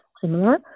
similar